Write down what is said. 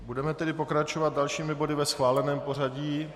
Budeme tedy pokračovat dalšími body ve schváleném pořadí.